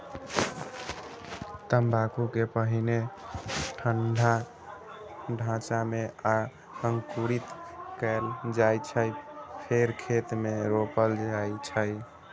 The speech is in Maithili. तंबाकू कें पहिने ठंढा ढांचा मे अंकुरित कैल जाइ छै, फेर खेत मे रोपल जाइ छै